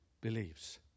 believes